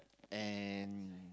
and